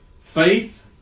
Faith